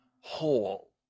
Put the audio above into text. whole